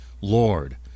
Lord